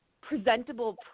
presentable